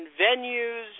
venues